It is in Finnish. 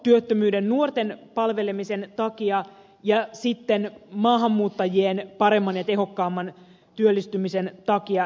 nuorisotyöttömyyden nuorten palvelemisen takia ja sitten maahanmuuttajien paremman ja tehokkaamman työllistymisen takia